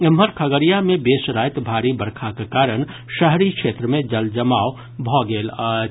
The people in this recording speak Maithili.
एम्हर खगड़िया मे बेस राति भारी बरखाक कारण शहरी क्षेत्र मे जलजमाव भऽ गेल अछि